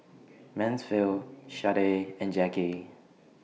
Mansfield Sharday and Jacki